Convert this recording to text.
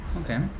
okay